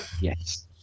Yes